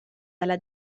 dalla